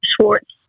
Schwartz